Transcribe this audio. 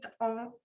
on